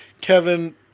Kevin